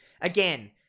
again